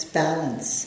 balance